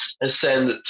ascend